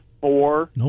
four